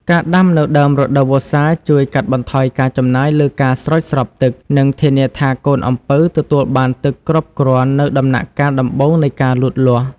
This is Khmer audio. ការដាំនៅដើមរដូវវស្សាជួយ កាត់បន្ថយការចំណាយលើការស្រោចស្រពទឹក និងធានាថាកូនអំពៅទទួលបានទឹកគ្រប់គ្រាន់នៅដំណាក់កាលដំបូងនៃការលូតលាស់។